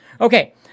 Okay